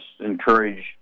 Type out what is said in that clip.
encourage